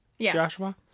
Joshua